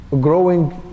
growing